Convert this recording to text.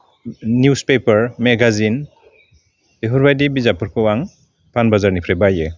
news paper magazine बेफोरबायदि बिजाबफोरखौ आं पानबाजारनिफ्राय बायो